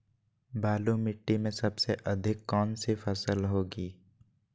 बालू मिट्टी में सबसे अधिक कौन सी फसल होगी?